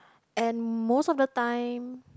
and most of the time